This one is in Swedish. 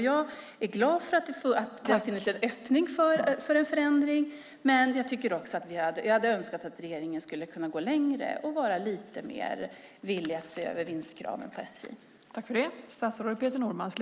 Jag är glad att det finns en öppning för en förändring, men jag hade önskat att regeringen kunde gå längre och vara lite mer villig att se över vinstkraven för SJ.